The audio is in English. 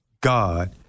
God